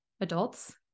adults